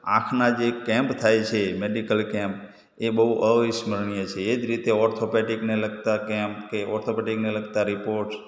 આંખના જે કૅમ્પ થાય છે મૅડિકલ કૅમ્પ એ બહુ અવિસ્મરણીય છે એ જ રીતે ઑર્થોપેડિકને લગતા કૅમ્પ કે ઑર્થોપેડિકને લગતા રીપોર્ટ